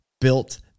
built